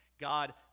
God